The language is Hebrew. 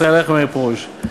ישראל אייכלר ומאיר פרוש.